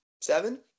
seven